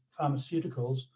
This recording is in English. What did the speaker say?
pharmaceuticals